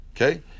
okay